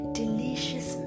delicious